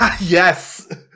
Yes